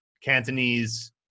Cantonese